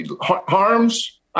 Harms